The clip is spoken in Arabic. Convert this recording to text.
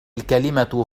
الكلمة